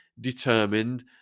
determined